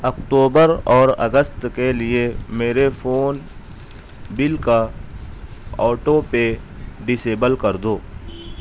اکتوبر اور اگست کے لیے میرے فون بل کا آٹو پے ڈس ایبل کر دو